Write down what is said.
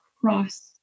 cross